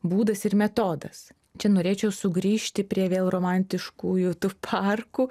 būdas ir metodas čia norėčiau sugrįžti prie vėl romantiškųjų tų parkų